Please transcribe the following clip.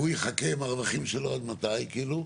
והוא יחכה עם הרווחים שלו עד מתי כאילו?